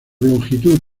longitud